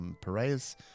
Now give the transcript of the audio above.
Piraeus